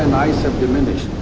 and ice have diminished.